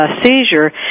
seizure